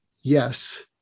yes